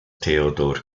theodor